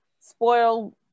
spoiled